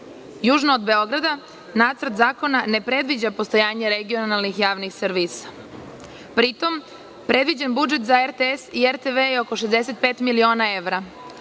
Južno odBeograda Nacrt zakona ne predviđa postojanje regionalnih javnih servisa. Pri tom, predviđen budžet za RTS i RTV je oko 65 miliona evra,